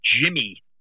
Jimmy